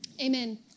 Amen